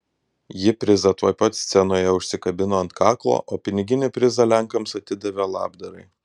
ji prizą tuoj pat scenoje užsikabino ant kaklo o piniginį prizą lenkams atidavė labdarai